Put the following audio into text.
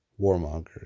warmongers